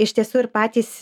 iš tiesų ir patys